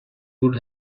would